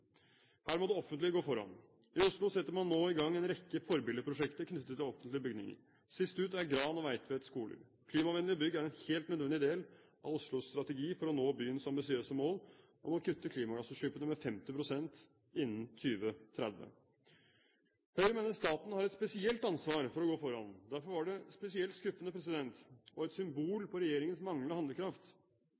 Her må det offentlige gå foran. I Oslo setter man nå i gang en rekke forbildeprosjekter knyttet til offentlige bygninger. Sist ut er skolene Gran og Veitvet. Klimavennlige bygg er en helt nødvendig del av Oslos strategi for å nå byens ambisiøse mål om å kutte klimagassutslippene med 50 pst. innen 2030. Høyre mener staten har et spesielt ansvar for å gå foran. Derfor var det spesielt skuffende og et symbol på regjeringens manglende handlekraft